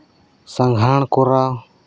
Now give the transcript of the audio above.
ᱥᱟᱸᱜᱷᱟᱨ ᱠᱚᱨᱟᱣ